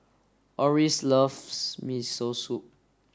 Oris loves Miso Soup